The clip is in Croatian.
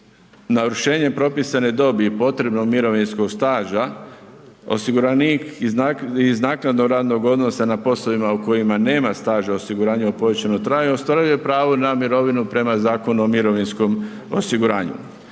navršenjem propisane dobi i potrebnog mirovinskog staža osiguranik iz naknadnog radnog odnosa na poslovima u kojima nema staža osiguranja u povećanom trajanju ostvaruje pravo na mirovinu prema Zakonu o mirovinskom osiguranju.